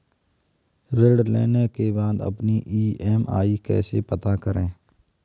ऋण लेने के बाद अपनी ई.एम.आई कैसे पता करें?